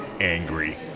angry